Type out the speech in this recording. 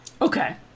okay